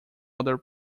other